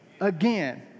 again